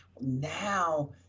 now